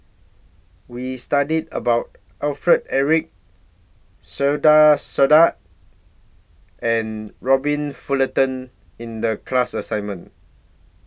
We studied about Alfred Eric Saiedah Said and Robert Fullerton in The class assignment